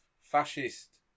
fascist